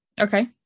Okay